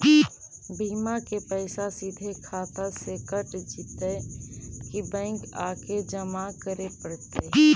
बिमा के पैसा सिधे खाता से कट जितै कि बैंक आके जमा करे पड़तै?